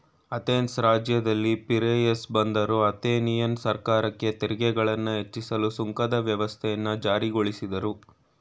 Athens ರಾಜ್ಯದಲ್ಲಿ Piraeus ಬಂದರು Athenian ಸರ್ಕಾರಕ್ಕೆ ತೆರಿಗೆಗಳನ್ನ ಹೆಚ್ಚಿಸಲು ಸುಂಕದ ವ್ಯವಸ್ಥೆಯನ್ನ ಜಾರಿಗೊಳಿಸಿದ್ರು